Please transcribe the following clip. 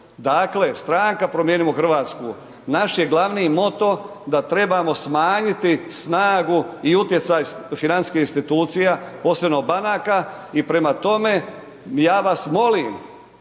Dakle, Stranka promijenimo Hrvatsku naš je glavni moto da trebamo smanjiti snagu i utjecaj financijskih institucija, posebno banaka i prema tome, ja vas molim,